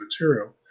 material